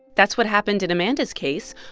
that's what happened in amanda's case.